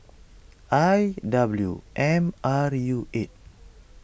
I W M R U eight